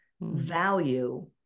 value